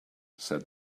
said